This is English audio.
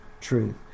truth